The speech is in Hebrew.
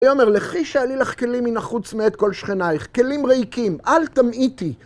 ויאמר, לכי שאלי לך כלים מן החוץ מאת כל שכניך, כלים ריקים, אל תמעיטי.